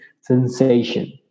sensation